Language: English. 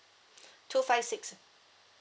two five six